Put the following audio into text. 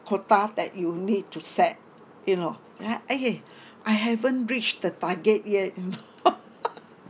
quotas that you will need to set you know ya eh I haven't reached the target yet you know